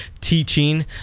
teaching